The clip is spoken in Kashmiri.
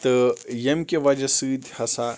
تہٕ ییٚمۍ کہِ وَجہ سۭتۍ ہسا